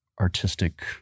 artistic